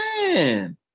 Man